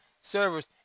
servers